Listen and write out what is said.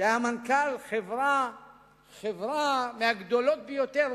שהיה מנכ"ל חברה מן הגדולות ביותר,